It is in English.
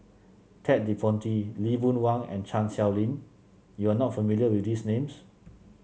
Ted De Ponti Lee Boon Wang and Chan Sow Lin you are not familiar with these names